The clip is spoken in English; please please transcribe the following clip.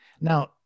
now